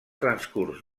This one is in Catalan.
transcurs